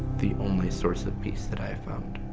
the only source of peace that i've found.